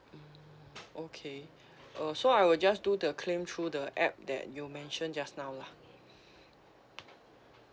hmm okay uh so I will just do the claim through the app that you mention just now lah